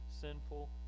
sinful